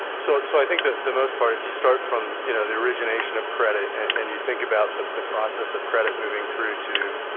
so so i think that the most part, if you start from you know the origination of credit and you think about the the process of credit moving through to, you